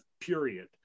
period